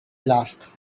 last